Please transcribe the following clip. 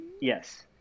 Yes